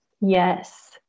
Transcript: Yes